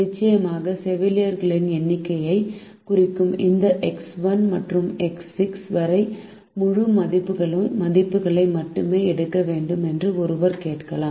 நிச்சயமாக செவிலியர்களின் எண்ணிக்கையைக் குறிக்கும் இந்த எக்ஸ் 1 முதல் எக்ஸ் 6 வரை முழு மதிப்புகளை மட்டுமே எடுக்க வேண்டும் என்று ஒருவர் கேட்கலாம்